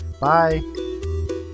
Bye